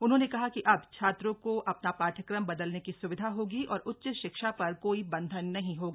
उन्होंने कहा कि अब छात्रों को अपना पाठ्यक्रम बदलने की सुविधा होगी और उच्च शिक्षा पर कोई बंधन नहीं होगा